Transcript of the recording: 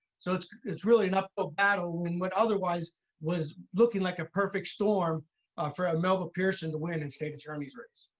so it's it's really an uphill battle in what otherwise was looking like a perfect storm for ah melba pearson to win in state attorney's race.